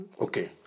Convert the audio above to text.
Okay